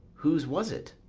whose was it?